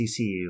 CCU